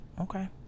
Okay